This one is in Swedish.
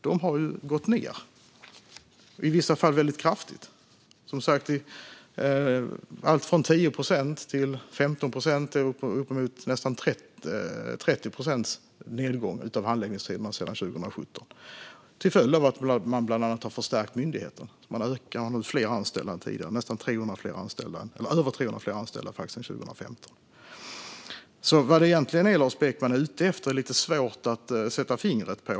De har gått ned, i vissa fall väldigt kraftigt - med allt från 10 till 15 och uppemot nästan 30 procent sedan 2017, till följd av att man bland annat har förstärkt myndigheten och nu har över 300 fler anställda än 2015. Vad Lars Beckman egentligen är ute efter är alltså lite svårt att sätta fingret på.